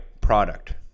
product